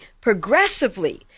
progressively